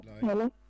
Hello